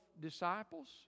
disciples